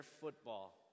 football